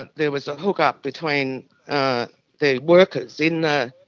but there was a hook-up between the workers in the